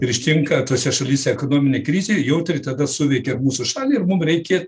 ir ištinka tose šalyse ekonominė krizė jautriai tada suveikia ir mūsų šalį ir mum reikia